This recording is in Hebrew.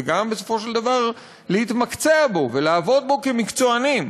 וגם בסופו של דבר להתמקצע בו ולעבוד בו כמקצוענים,